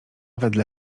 wedle